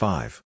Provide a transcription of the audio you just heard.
Five